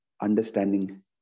understanding